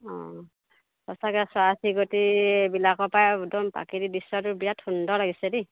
অঁ সঁচাকৈ চৰাই চিৰিকটি এইবিলাকৰপৰাই একদম প্ৰাকৃতিক দৃশ্যটো বিৰাট সুন্দৰ লাগিছে দেই